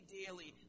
daily